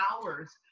hours